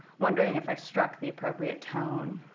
wondering if i struck the appropriate tone.